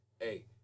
hey